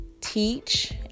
teach